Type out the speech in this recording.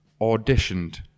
auditioned